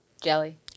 Jelly